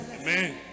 Amen